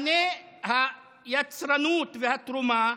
מחנה היצרנות והתרומה,